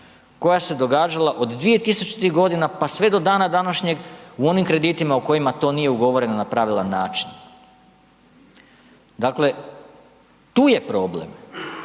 koja se događala od 2000. godina pa sve do dana današnjeg u onim kreditima u kojima to nije ugovoreno na pravilan način. Dakle, tu je problem.